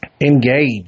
engage